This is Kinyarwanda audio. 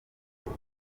niga